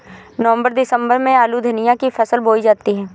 नवम्बर दिसम्बर में आलू धनिया की फसल बोई जाती है?